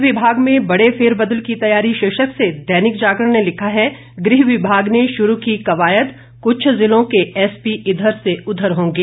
police विभाग में बड़े फेरबदल की तैयारी शीर्षक से दैनिक जागरण ने लिखा है गृह विभाग ने शुरू की कवायद कुछ जिलों के एसपी इधर से उधर होंगे